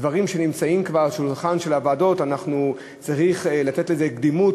שדברים שנמצאים כבר על שולחן הוועדות צריך לתת להם קדימות,